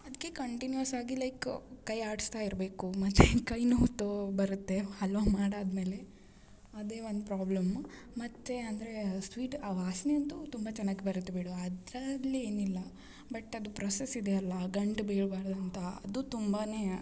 ಅದ್ಕೆ ಕಂಟಿನ್ಯೂಯಸ್ ಆಗಿ ಲೈಕ್ ಕೈ ಆಡಿಸ್ತಾ ಇರಬೇಕು ಮತ್ತು ಕೈ ನೋವು ತೋ ಬರುತ್ತೆ ಹಲ್ವಾ ಮಾಡಿ ಆದ್ಮೇಲೆ ಅದೇ ಒಂದು ಪ್ರಾಬ್ಲಮ್ ಮತ್ತು ಅಂದರೆ ಸ್ವೀಟ್ ಆ ವಾಸನೆ ಅಂತು ತುಂಬ ಚೆನ್ನಾಗ್ ಬರುತ್ತೆ ಬಿಡು ಅದರಲ್ಲಿ ಏನಿಲ್ಲ ಬಟ್ ಅದು ಪ್ರೊಸೆಸ್ ಇದೆಯಲ್ಲ ಗಂಟು ಬೀಳ್ಬಾರ್ದು ಅಂತ ಅದು ತುಂಬಾ